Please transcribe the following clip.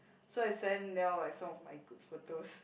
so I send Niel like some of my good photos